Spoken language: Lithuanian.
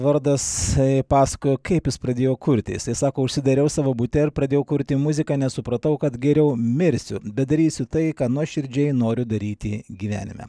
vardas pasakojo kaip jis pradėjo kurti jisai sako užsidariau savo bute ir pradėjau kurti muziką nes supratau kad geriau mirsiu bet darysiu tai ką nuoširdžiai noriu daryti gyvenime